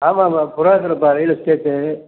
ஆமாப்பா ப்ரோக்கருப்பா real estate